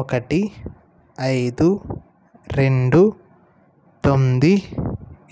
ఒక్కటి ఐదు రెండు తొమ్మిది